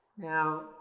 Now